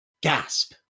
Gasp